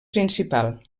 principal